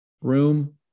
room